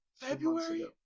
February